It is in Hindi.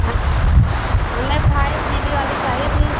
हमें हमें फाइव जी बी वाला चाहिए था